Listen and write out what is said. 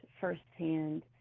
firsthand